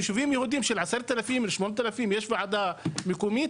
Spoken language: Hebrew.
ביישובים יהודים של 10,000, 8,000 יש ועדה מקומית.